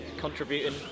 Contributing